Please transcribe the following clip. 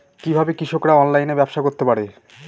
কিভাবে কৃষকরা অনলাইনে ব্যবসা করতে পারে?